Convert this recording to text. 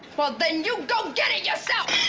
well, then you go get it yourself!